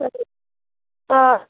آ